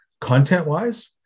content-wise